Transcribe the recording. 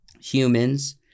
humans